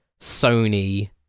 Sony